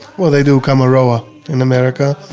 well, they do kama ro'a in america,